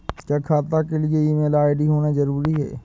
क्या खाता के लिए ईमेल आई.डी होना जरूरी है?